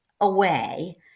away